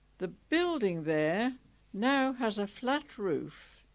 the building there now has a flat roof.